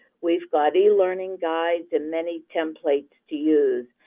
we've got e-learning guides and many templates to use.